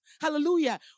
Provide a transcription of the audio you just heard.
hallelujah